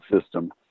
system